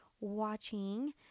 watching